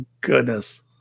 goodness